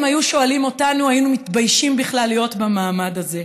אם היו שואלים אותנו היינו מתביישים בכלל להיות במעמד הזה.